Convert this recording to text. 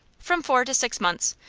from four to six months.